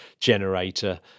generator